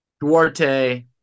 Duarte